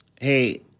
hey